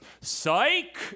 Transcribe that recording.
psych